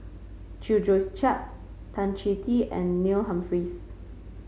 Chew Joo Chiat Tan Chong Tee and Neil Humphreys